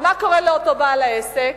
אבל מה קורה לאותו בעל עסק?